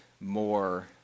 more